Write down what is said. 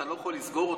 אתה לא יכול לסגור אותו,